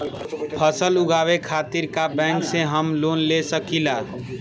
फसल उगावे खतिर का बैंक से हम लोन ले सकीला?